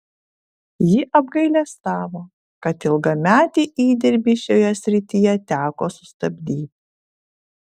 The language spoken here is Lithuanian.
ji apgailestavo kad ilgametį įdirbį šioje srityje teko sustabdyti